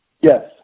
Yes